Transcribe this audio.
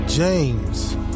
James